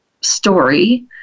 story